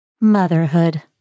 Motherhood